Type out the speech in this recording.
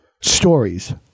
stories